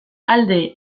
alde